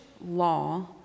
law